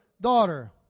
daughter